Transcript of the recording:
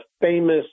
famous